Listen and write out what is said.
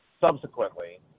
subsequently